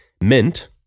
Mint